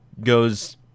goes